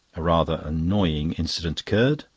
a rather annoying incident occurred,